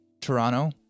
Toronto